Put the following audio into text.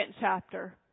chapter